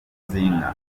z’inka